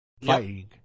Fighting